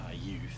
Youth